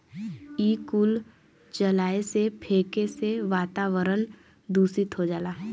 इ कुल जलाए से, फेके से वातावरन दुसित हो जाला